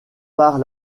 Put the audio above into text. par